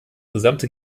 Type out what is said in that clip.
gesamte